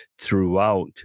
throughout